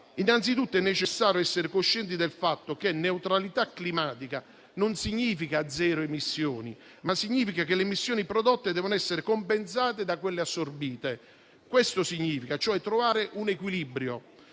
Innanzitutto, è necessario essere coscienti del fatto che neutralità climatica significa non zero emissioni, ma che quelle prodotte devono essere compensate da quelle assorbite. Questo significa: trovare un equilibrio